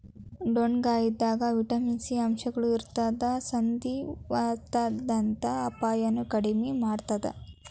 ಡೊಣ್ಣಗಾಯಿದಾಗ vitamin C ಅಂಶಗಳು ಇರತ್ತದ ಸಂಧಿವಾತದಂತ ಅಪಾಯನು ಕಡಿಮಿ ಮಾಡತ್ತದ